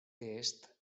test